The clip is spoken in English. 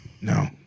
no